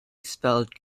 spelled